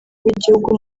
w’igihugu